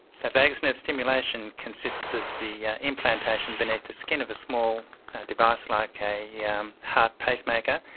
so vagus nerve stimulation consists of the implantation beneath the skin of a small device like a yeah heart pacemaker